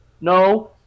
no